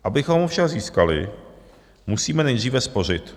Abychom ho však získali, musíme nejdříve spořit.